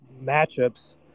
matchups